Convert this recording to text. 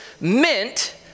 meant